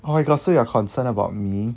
oh my god so you are concerned about me